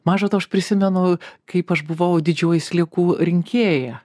maža to aš prisimenu kaip aš buvau didžioji sliekų rinkėją